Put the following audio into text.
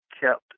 kept